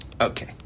Okay